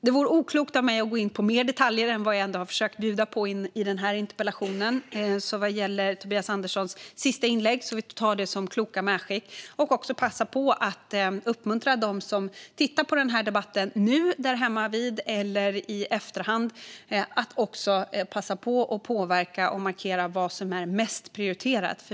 Det vore oklokt av mig att gå in på mer detaljer än vad jag har försökt bjuda på i den här interpellationsdebatten. Vad gäller Tobias Anderssons sista inlägg får vi alltså ta det som ett klokt medskick, och jag vill även passa på att uppmuntra dem som tittar på den här debatten nu hemmavid eller i efterhand att påverka och markera vad som är mest prioriterat.